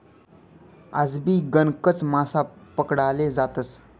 आजबी गणकच मासा पकडाले जातस